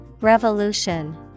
Revolution